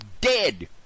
dead